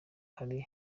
hari